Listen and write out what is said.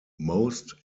most